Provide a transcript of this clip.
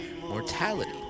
mortality